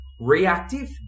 reactive